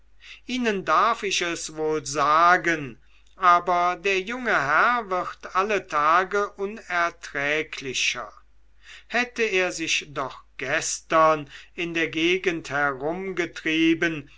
ihnen darf ich es wohl sagen aber der junge herr wird alle tage unerträglicher hatte er sich doch gestern in der gegend herumgetrieben